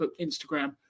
Instagram